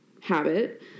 habit